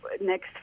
next